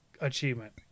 achievement